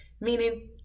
meaning